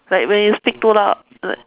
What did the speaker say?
like when you speak too loud like